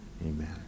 Amen